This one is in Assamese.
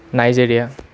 নাইজেৰিয়া